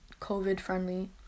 COVID-friendly